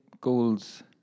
goals